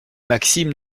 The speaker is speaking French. maxime